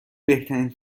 بهترین